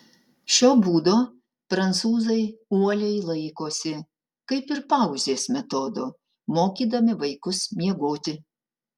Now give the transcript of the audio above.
šio būdo prancūzai uoliai laikosi kaip ir pauzės metodo mokydami vaikus miegoti